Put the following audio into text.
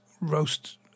roast